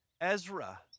Ezra